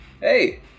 Hey